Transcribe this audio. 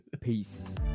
peace